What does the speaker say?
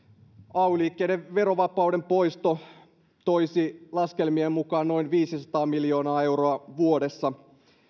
ay liikkeiden verovapauden poisto toisi laskelmien mukaan noin viisisataa miljoonaa euroa vuodessa